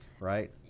right